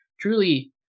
truly